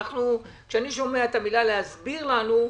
כשאני שומע את המילים להסביר לנו,